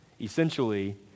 Essentially